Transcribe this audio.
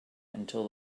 until